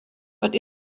but